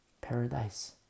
paradise